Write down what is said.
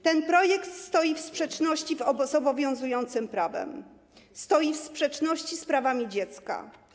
Ten projekt stoi w sprzeczności z obowiązującym prawem, stoi w sprzeczności z prawami dziecka.